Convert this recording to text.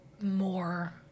more